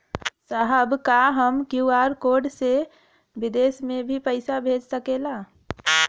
साहब का हम क्यू.आर कोड से बिदेश में भी पैसा भेज सकेला?